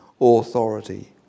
authority